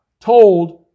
told